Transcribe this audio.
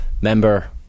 member